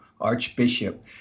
Archbishop